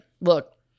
look